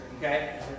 Okay